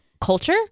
culture